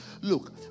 Look